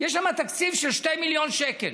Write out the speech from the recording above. ויש שם תקציב של 2 מיליון שקל.